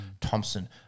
Thompson